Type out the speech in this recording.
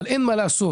אין מה לעשות,